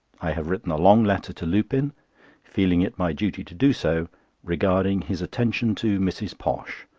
i have written a long letter to lupin feeling it my duty to do so regarding his attention to mrs. posh,